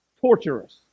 torturous